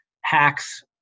hacks